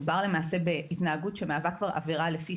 מדובר בהתנהגות שמהווה כבר עבירה לפי